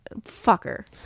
Fucker